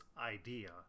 idea